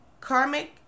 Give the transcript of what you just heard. Karmic